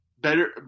Better